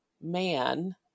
man